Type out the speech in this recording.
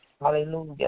Hallelujah